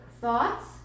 thoughts